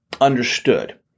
understood